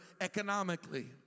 economically